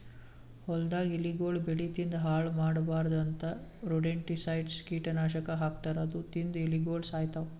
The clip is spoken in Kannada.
ಹೊಲ್ದಾಗ್ ಇಲಿಗೊಳ್ ಬೆಳಿ ತಿಂದ್ ಹಾಳ್ ಮಾಡ್ಬಾರ್ದ್ ಅಂತಾ ರೊಡೆಂಟಿಸೈಡ್ಸ್ ಕೀಟನಾಶಕ್ ಹಾಕ್ತಾರ್ ಅದು ತಿಂದ್ ಇಲಿಗೊಳ್ ಸಾಯ್ತವ್